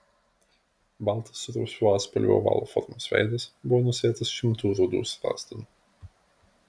baltas su rausvu atspalviu ovalo formos veidas buvo nusėtas šimtų rudų strazdanų